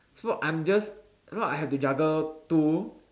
so I'm just so I had to juggle two